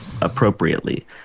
appropriately